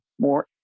more